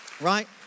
Right